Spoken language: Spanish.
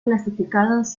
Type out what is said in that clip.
clasificados